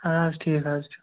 اَہَن حظ ٹھیٖک حظ چھُ